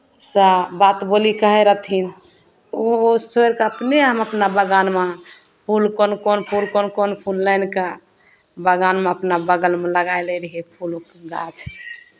से बात बोली कहै रहथिन तऽ ओ सुनि कऽ अपने हम अपना बागानमे फूल कोन कोन फूल कोन कोन फूल आनि कऽ बागानमे अपना बगलमे लगाए लै रहियै फूलके गाछ